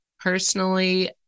personally